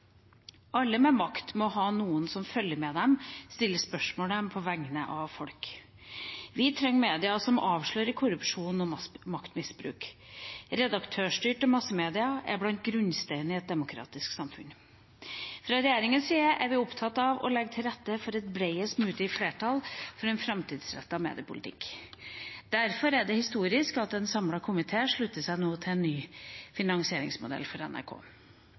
Alle med makt må ha noen som følger med dem og stiller dem spørsmål på vegne av folk. Vi trenger media som avslører korrupsjon og maktmisbruk. Redaktørstyrte massemedier er blant grunnsteinene i et demokratisk samfunn. Fra regjeringens side er vi opptatt av å legge til rette for et bredest mulig flertall for en framtidsrettet mediepolitikk. Derfor er det historisk at en samlet komité slutter seg til en ny finansieringsmodell for NRK.